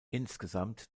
insgesamt